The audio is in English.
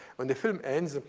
when the film ends, ah